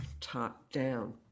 top-down